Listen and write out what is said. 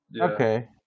Okay